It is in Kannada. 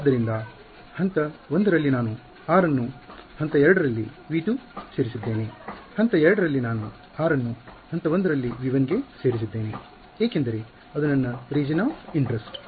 ಆದ್ದರಿಂದ ಹಂತ 1 ರಲ್ಲಿ ನಾನು r ಅನ್ನು ಹಂತ 2 ರಲ್ಲಿ V2 ಸೇರಿಸಿದ್ದೇನೆ ಹಂತ ೨ ರಲ್ಲಿ ನಾನು r ಅನ್ನು ಹಂತ ೧ ರಲ್ಲಿ V1 ಗೆ ಸೇರಿಸಿದ್ದೇನೆ ಏಕೆಂದರೆ ಅದು ನನ್ನ ರಿಜನ್ ಅಫ್ ಇಂಟರಸ್ಟ್